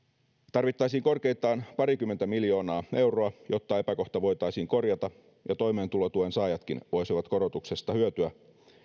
tarvittaisiin korkeintaan parikymmentä miljoonaa euroa jotta epäkohta voitaisiin korjata ja toimeentulotuen saajatkin voisivat korotuksesta hyötyä